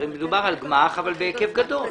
הרי מדובר על גמ"ח אבל בהיקף גדול.